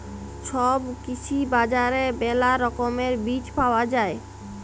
ছব কৃষি বাজারে মেলা রকমের বীজ পায়া যাই